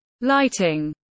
lighting